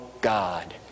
God